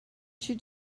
should